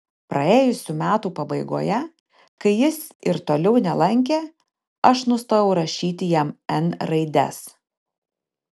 praėjusių metų pabaigoje kai jis ir toliau nelankė aš nustojau rašyti jam n raides